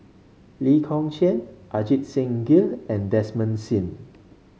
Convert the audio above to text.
Lee Kong Chian Ajit Singh Gill and Desmond Sim